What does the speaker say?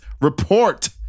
Report